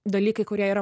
dalykai kurie yra